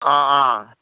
অঁ অঁ